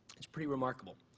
it's pretty remarkable.